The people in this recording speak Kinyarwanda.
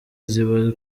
ziba